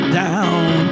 down